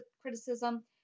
criticism